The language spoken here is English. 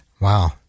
Wow